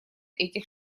этих